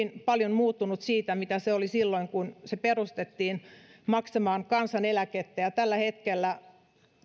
hyvin paljon muuttunut siitä mitä se oli silloin kun se perustettiin maksamaan kansaneläkettä tällä hetkellä